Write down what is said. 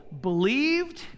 believed